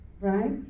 right